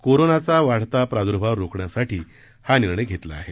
कोरोनाचा वाढता प्राद्भाव रोखण्यासाठी हा निर्णय घेण्यात आला आहे